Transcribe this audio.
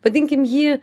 vadinkim jį